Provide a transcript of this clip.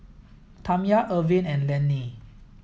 Tamya Irvin and Laney